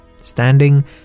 Standing